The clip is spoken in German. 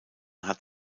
hat